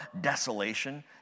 desolation